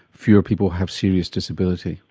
fewer people have serious disability?